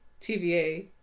TVA